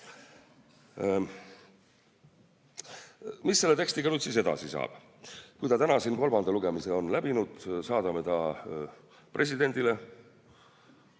Mis selle tekstiga siis edasi saab? Kui ta täna siin kolmanda lugemise on läbinud, saadame ta presidendile